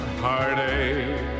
heartache